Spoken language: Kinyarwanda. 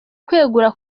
kwegura